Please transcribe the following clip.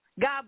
God